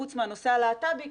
חוץ מהנושא הלהט"בי,